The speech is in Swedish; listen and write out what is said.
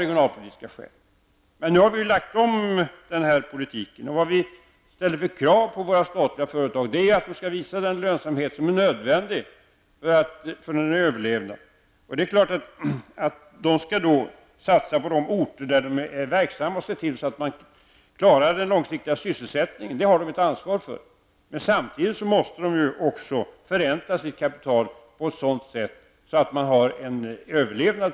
Men nu har vi på den punkten lagt om politiken. Vi ställer nu krav på företagen att de skall uppnå den lönsamhet som är nödvändig för att de skall överleva. Företagen skall naturligtvis satsa på de orter på vilka de är verksamma och se till att man där klarar den långsiktiga sysselsättningen. Detta har de statliga företagen ett ansvar för. Men samtidigt måste de förränta sitt kapital på ett sådant sätt att de kan överleva.